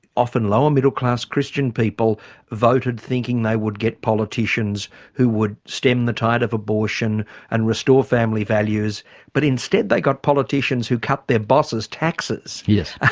often lower middle class christian people voted thinking they would get politicians who would stem the tide of abortion and restore family values but instead they got politicians who cut their boss's taxes. yes.